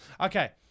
Okay